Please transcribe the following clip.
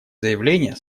заявление